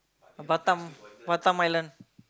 Batam Batam Island